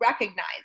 recognize